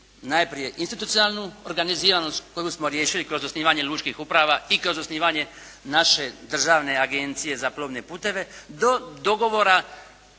najprije institucionalnu organiziranost koju smo riješili kroz osnivanje lučkih uprava i kroz osnivanje naše državne agencije za plovne putove, do dogovora